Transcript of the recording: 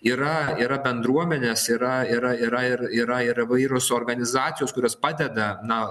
yra yra bendruomenės yra yra yra ir yra ir įvairios organizacijos kurios padeda na